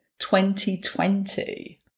2020